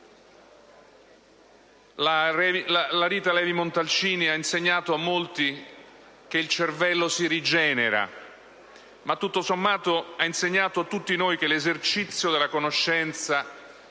Rita Levi-Montalcini ha insegnato a molti che il cervello si rigenera. Ma tutto sommato ha insegnato a tutti noi che l'esercizio della conoscenza